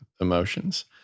emotions